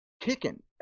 kicking